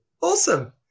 Awesome